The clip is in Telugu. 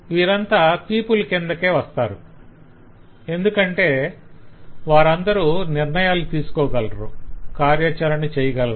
వీరంతా పీపుల్ కిందకే వస్తారు ఎందుకంటే వారందరూ నిర్ణయాలు తీసుకోగలరు కార్యాచరణ చేయగలరు